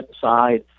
side